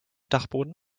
dachboden